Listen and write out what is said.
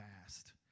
fast